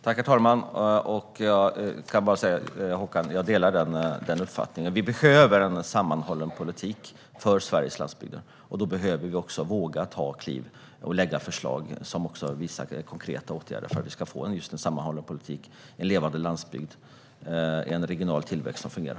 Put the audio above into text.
Herr talman! Håkan, jag delar den uppfattningen! Vi behöver en sammanhållen politik för Sveriges landsbygder, och då behöver vi också våga lägga fram förslag på konkreta åtgärder för att vi ska få en sammanhållen politik, en levande landsbygd och en regional tillväxt som fungerar.